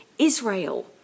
Israel